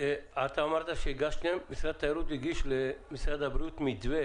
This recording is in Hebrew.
אמרת שמשרד התיירות הגיש למשרד הבריאות מתווה